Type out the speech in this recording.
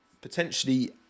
potentially